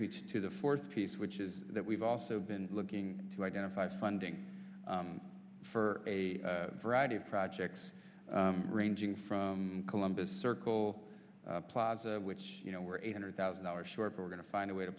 me to the fourth piece which is that we've also been looking to identify funding for a variety of projects ranging from columbus circle plaza which you know where a hundred thousand dollars shortfall are going to find a way to